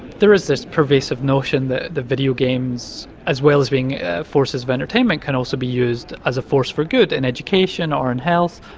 there is this pervasive notion that the video games, as well as being forces of entertainment can also be used as a force for good in and education or in health,